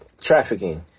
trafficking